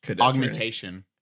Augmentation